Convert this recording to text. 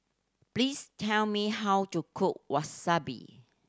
please tell me how to cook Wasabi